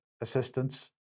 assistance